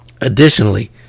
Additionally